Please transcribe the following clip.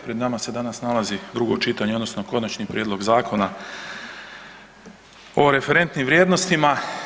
Pred nama se danas nalazi drugo čitanje, odnosno Končani prijedlog Zakona o referentnim vrijednostima.